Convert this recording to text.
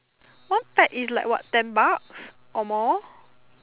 one pack is like what ten bucks or more